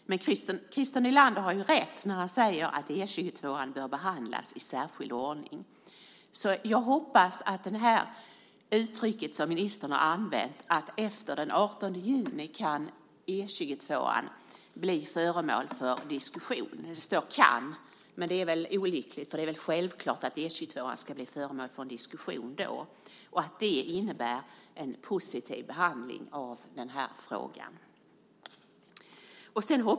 Christer Nylander har rätt när han säger att E 22:an bör behandlas i särskild ordning. Det uttryck som ministern har använt är att efter den 18 juni kan E 22:an bli föremål för diskussion. Det står "kan". Men det är väl olyckligt. Det är väl självklart att E 22:an ska bli föremål för en diskussion då och att det innebär en positiv behandling av frågan.